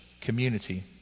community